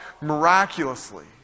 miraculously